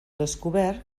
descobert